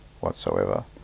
whatsoever